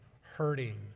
hurting